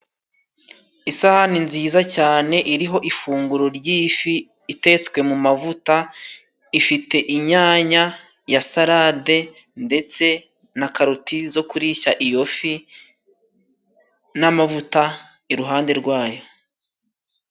Isahani nziza cyane iriho ifunguro ry'ifi itetswe mu mavuta ifite inyanya ya salade ndetse na karoti zo kurishya iyofi n'amavuta iruhande rwayo.